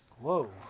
Whoa